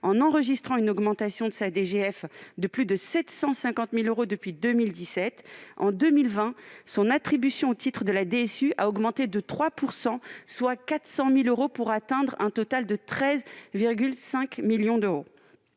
en enregistrant une augmentation de sa DGF de plus de 750 000 euros depuis 2017. En 2020, son attribution au titre de la DSU a augmenté de 3 %, soit de 400 000 euros, pour atteindre un total de 13,5 millions d'euros.